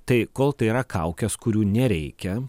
tai kol tai yra kaukės kurių nereikia